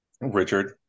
Richard